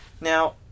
now